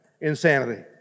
Insanity